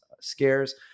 scares